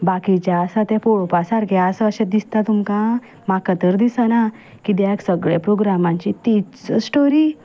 बाकीचे आसा तें पळोपा सारके आसा अशे दिसता तुमकां म्हाका तर दिसना किद्याक सगले प्रोग्रामाची तीच स्टोरी